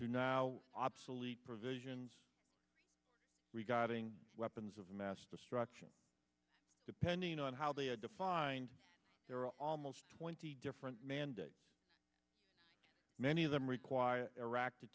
to now obsolete provisions regarding weapons of mass destruction depending on how they are defined there are almost twenty different mandates many of them require iraq to